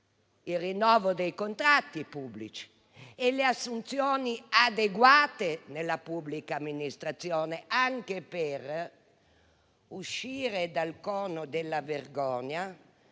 il rinnovo dei contratti pubblici e assunzioni adeguate nella pubblica amministrazione, anche per uscire dal cono della vergogna